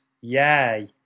yay